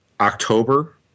October